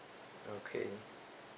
okay